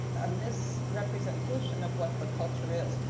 a misrepresentation of what the culture is.